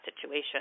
situation